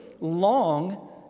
long